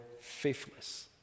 faithless